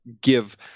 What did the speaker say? give